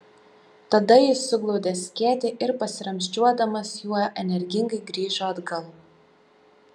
tada jis suglaudė skėtį ir pasiramsčiuodamas juo energingai grįžo atgal